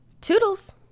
toodles